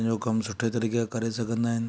पंहिंजो कम सुठे तरीक़े सां करे सघंदा आहिनि